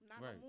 right